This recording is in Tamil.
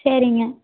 சரிங்க